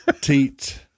Teat